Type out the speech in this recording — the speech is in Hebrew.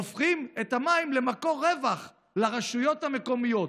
הופכים את המים למקור רווח לרשויות המקומיות.